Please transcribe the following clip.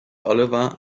oliver